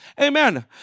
Amen